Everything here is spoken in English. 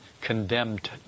condemned